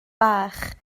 bach